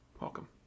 welcome